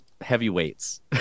heavyweights